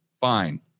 fine